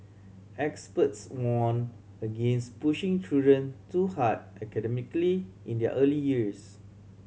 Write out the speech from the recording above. experts warn against pushing children too hard academically in their early years